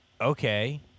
okay